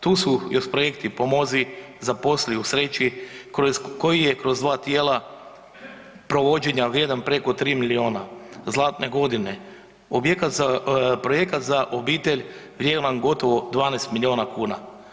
Tu su još projekti „Pomozi, Zaposli, Usreći“ koji je kroz dva tijela provođenja vrijedan preko 3 milijuna, „Zlatne godine“ projekat za obitelj vrijedan gotovo 12 milijuna kuna.